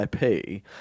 IP